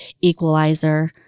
equalizer